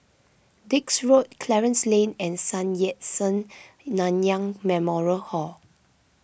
Dix Road Clarence Lane and Sun Yat Sen Nanyang Memorial Hall